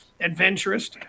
adventurist